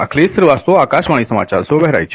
अखिलेश श्रीवास्तव आकाशवाणी समाचार बहराइच